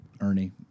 Ernie